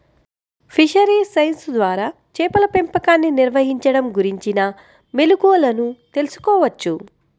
fisheries science ద్వారా చేపల పెంపకాన్ని నిర్వహించడం గురించిన మెళుకువలను తెల్సుకోవచ్చు